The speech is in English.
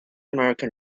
american